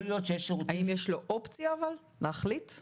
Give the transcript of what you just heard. האם יש לו אופציה להחליט?